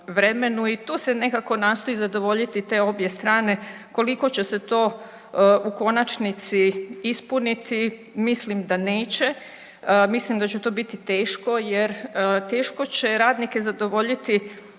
i tu se nekako nastoji zadovoljiti te obje strane. Koliko će se to u konačnici ispuniti mislim da neće, mislim da će to biti teško jer teško će radnike zadovoljiti